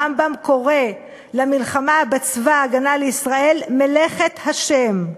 הרמב"ם קורא ללחימה בצבא ההגנה לישראל "מלאכת ה'":